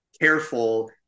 careful